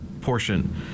portion